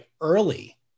early